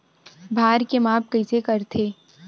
भार के माप कइसे करथे?